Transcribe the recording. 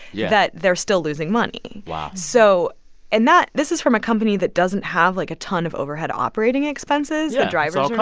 yeah. that they're still losing money wow so and that this is from a company that doesn't have, like, a ton of overhead operating expenses yeah. ah